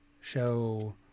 show